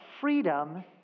freedom